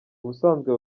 ubusanzwe